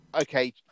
okay